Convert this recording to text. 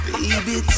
Baby